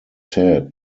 said